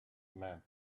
man